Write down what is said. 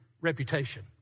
reputation